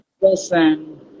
Listen